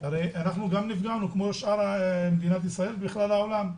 הרי גם אנחנו נפגענו כמו שאר מדינת ישראל וכלל העולם,